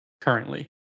currently